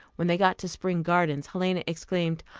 when they got to spring gardens, helena exclaimed,